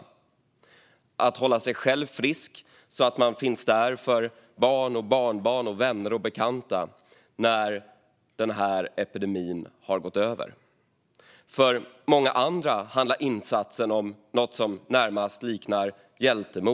Det handlar om att hålla sig själv frisk så att man finns där för barn, barnbarn, vänner och bekanta när den här pandemin har gått över. För många andra handlar insatsen om något som närmast liknar hjältemod.